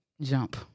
jump